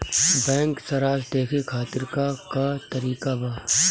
Bank सराश देखे खातिर का का तरीका बा?